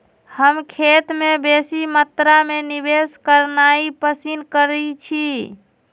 हम खेत में बेशी मत्रा में निवेश करनाइ पसिन करइछी